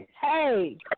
hey